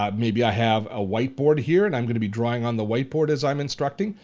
um maybe i have a whiteboard here, and i'm gonna be drawing on the whiteboard as i'm instructing,